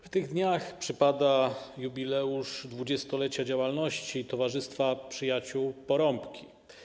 W tych dniach przypada jubileusz 20-lecia działalności Towarzystwa Przyjaciół Porąbki.